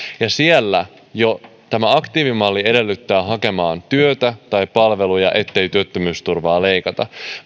jo tämä aktiivimalli edellyttää hakemaan työtä tai palveluja ettei työttömyysturvaa leikata